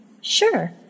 Sure